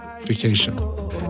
vacation